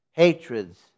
hatreds